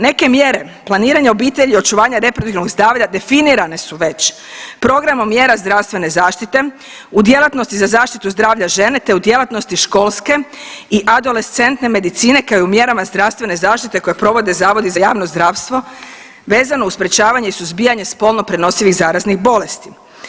Neke mjere planiranja obitelji i očuvanja reproduktivnog zdravlja definirane su već programom mjera zdravstvene zaštite u djelatnosti za zaštitu zdravlja žene te u djelatnosti školske i adolescentne medicine kao i u mjerama zdravstvene zaštite koje provode zavodi za javno zdravstvo vezano uz sprječavanje i suzbijanje spolno prenosivih zaraznih bolesti.